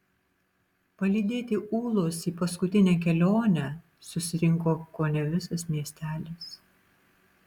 palydėti ūlos į paskutinę kelionę susirinko kone visas miestelis